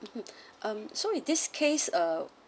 mmhmm um so in this case ah